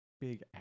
big